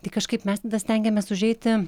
tai kažkaip mes tada stengiamės užeiti